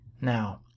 Now